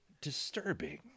disturbing